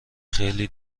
خیلی